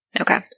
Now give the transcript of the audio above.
Okay